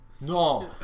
No